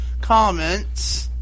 comments